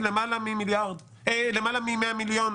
למעלה מ-100 מיליון.